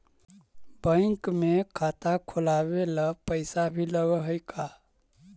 Bank में खाता खोलाबे ल पैसा भी लग है का?